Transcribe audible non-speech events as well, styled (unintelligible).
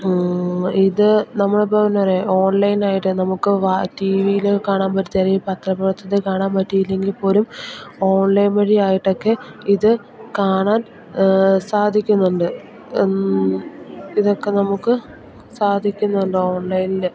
ഇത് നമ്മളിപ്പോൾ എന്നാ പറയുക ഓൺലൈനായിട്ട് നമുക്ക് ടി വിയിൽ കാണാൻ (unintelligible) പത്ര പ്രവര്ത്തനത്തിൽ കാണാൻ പറ്റിയില്ലെങ്കിൽപ്പോലും ഓൺലൈൻ വഴിയായിട്ടൊക്കെ ഇത് കാണാൻ സാധിക്കുന്നുണ്ട് ഇതൊക്കെ നമുക്ക് സാധിക്കുന്നുണ്ട് ഓൺലൈനിൽ